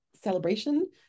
celebration